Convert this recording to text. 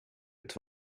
het